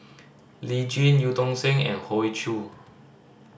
Lee Jin Eu Tong Sen and Hoey Choo